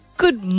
good